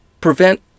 Prevent